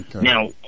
Now